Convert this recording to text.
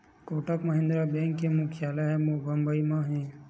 Kotak Mahindra bank के मुख्यालय ह बंबई म हे